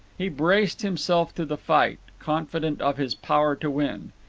he braced himself to the fight, confident of his power to win.